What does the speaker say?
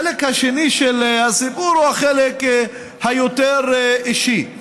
החלק השני של הסיפור הוא חלק יותר אישי.